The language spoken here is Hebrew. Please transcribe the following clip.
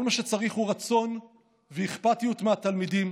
כל מה שצריך הוא רצון ואכפתיות מהתלמידים,